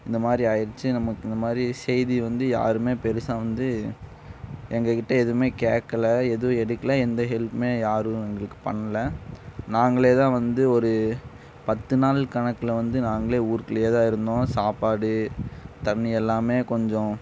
இந்தமாதிரி ஆயிடுச்சு நமக்கு இந்தமாரி செய்தி வந்து யாருமே பெரிசா வந்து எங்கள்கிட்ட எதுவுமே கேட்கல ஏதும் எடுக்கலை எந்த ஹெல்ப்புமே யாரும் எங்களுக்கு பண்ணல நாங்களே தான் வந்து ஒரு பத்து நாள் கணக்கில் வந்து நாங்களே ஊருக்குள்ளேயே தான் இருந்தோம் சாப்பாடு தண்ணி எல்லாமே கொஞ்சம்